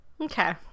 Okay